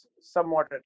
somewhat